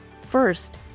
First